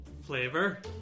flavor